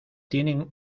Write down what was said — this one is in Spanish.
tienen